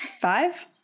Five